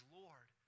lord